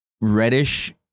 reddish